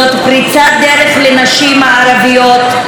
זאת פריצת דרך לנשים הערביות,